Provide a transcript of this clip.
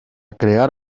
crear